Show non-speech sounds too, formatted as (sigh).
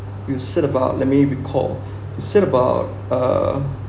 you said about let me recall (breath) you said about uh